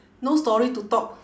no story to talk